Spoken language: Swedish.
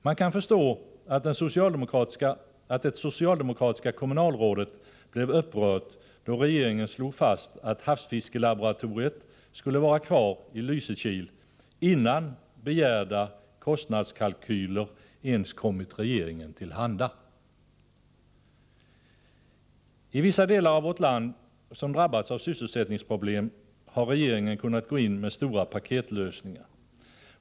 Man kan förstå att det socialdemokratiska kommunalrådet blev upprört då regeringen innan begärda kostnadskalkyler ens kommit den till handa slog fast att havsfiskelaboratoriet skulle vara kvar i Lysekil. I vissa delar av vårt land som drabbats av sysselsättningsproblem har regeringen kunnat gå in med stora paketlösningar.